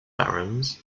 barons